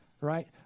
right